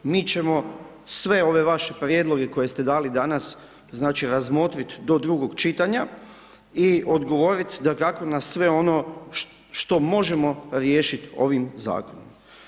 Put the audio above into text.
Mi ćemo sve ove vaše prijedloge koje ste dali danas znači razmotriti do drugog čitanja i odgovoriti dakako na sve ono što možemo riješiti ovim zakonom.